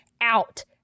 out